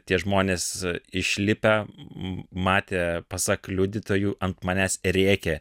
tie žmonės išlipę matė pasak liudytojų ant manęs rėkė